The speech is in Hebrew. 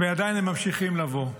ועדיין הם ממשיכים לבוא.